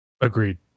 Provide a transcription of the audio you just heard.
Agreed